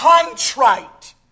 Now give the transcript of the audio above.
contrite